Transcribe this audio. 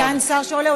כסגן שר שעולה,